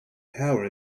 power